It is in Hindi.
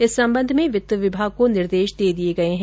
इस संबंध में वित्त विभाग को निर्देश दे दिए गए हैं